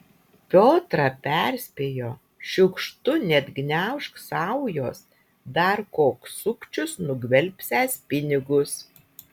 piotrą perspėjo šiukštu neatgniaužk saujos dar koks sukčius nugvelbsiąs pinigus